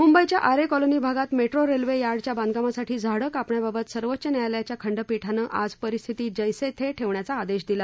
म्ंबईच्या आरे कॉलनी भागात metro railway यार्डच्या बांधकामासाठी झाडं कापण्याबाबत सर्वोच्च न्यायालयाच्या खंडपीठानं आज परिस्थिती जैसे थे ठेवण्याचा आदेश दिला